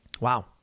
Wow